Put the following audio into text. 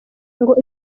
ngo